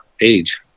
age